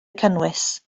cynnwys